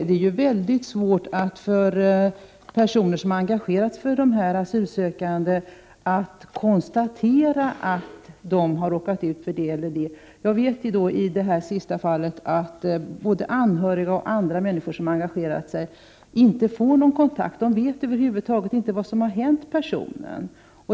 Det är väldigt svårt för personer som engagerat sig för asylsökande att konstatera att dessa råkat ut för det ena eller det andra. Angående det sista fall jag nämnde har varken anhöriga eller andra som engagerat sig kunnat få någon kontakt. Det vet över huvud inte vad som har hänt.